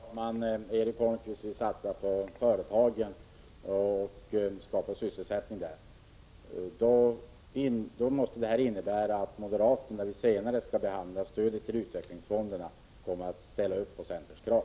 Herr talman! Erik Holmkvist vill satsa på företagen och skapa sysselsättning i dessa. Det måste innebära att moderaterna, då vi senare skall behandla stödet till utvecklingsfonderna, kommer att ställa upp på centerns krav.